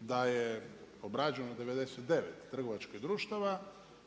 da je obrađeno 99 trgovačkih društava